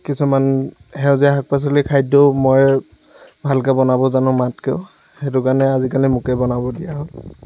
কিছুমান সেউজীয়া শাক পাচলিৰ খাদ্যও মই ভালকে বনাব জানো মাতকৈও সেইটো কাৰণে আজিকালি মোকে বনাবলৈ দিয়া হ'ল